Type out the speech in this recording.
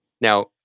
Now